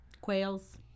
Quails